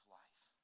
life